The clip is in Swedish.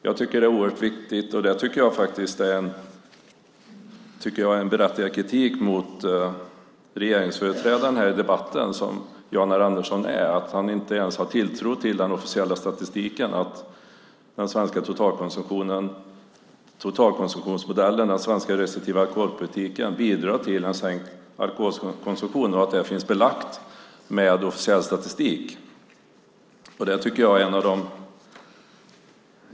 Jag tycker faktiskt att det är en berättigad kritik av regeringsföreträdaren här i debatten, som Jan R Andersson är, att han inte ens har tilltro till den officiella statistiken. Totalkonsumtionsmodellen, den svenska restriktiva alkoholpolitiken, bidrar till en sänkt alkoholkonsumtion, och det finns belagt med officiell statistik.